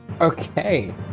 Okay